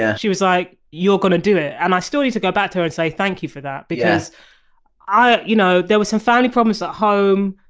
yeah she was like you're going to do it. and i still need to go back to her and say thank you for because i, you know there were some family problems at home.